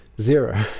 Zero